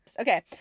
Okay